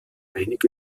einige